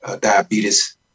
diabetes